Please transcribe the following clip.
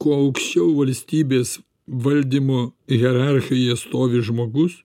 kuo aukščiau valstybės valdymo hierarchijoje stovi žmogus